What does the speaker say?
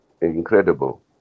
Incredible